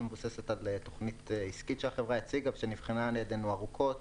שהיא תוכנית עסקית שנבחנה על ידינו ארוכות,